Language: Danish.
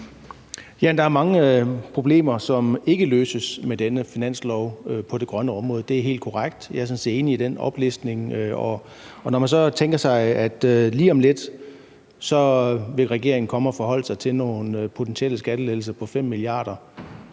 det grønne område, som ikke løses med dette finanslovsforslag. Det er helt korrekt. Jeg er sådan set enig i den oplistning, og man kan så tænke på, at lige om lidt vil regeringen komme og forholde sig til nogle potentielle skattelettelser på 5 mia. kr.